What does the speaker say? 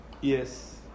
Yes